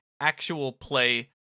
actual-play